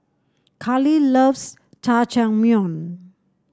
Karli loves Jajangmyeon